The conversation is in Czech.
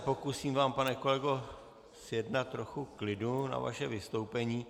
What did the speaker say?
Pokusím se vám, pane kolego, zjednat trochu klidu na vaše vystoupení.